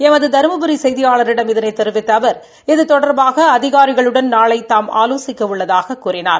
எமது தரும்புரி செய்தியாளரிடம் இதனைத் தெரிவித்த அவர் இது தொடர்பாக அதிகாரிகளுடன் நாளை தாம் ஆலோசிக்க உள்ளதாகத் தெரிவித்தார்